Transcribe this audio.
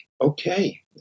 okay